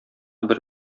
бер